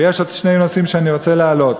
ויש עוד שני נושאים שאני רוצה להעלות.